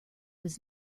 was